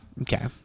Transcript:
Okay